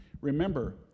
Remember